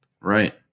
Right